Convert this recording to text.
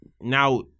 now